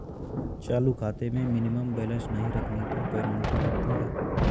चालू खाते में मिनिमम बैलेंस नहीं रखने पर पेनल्टी लगती है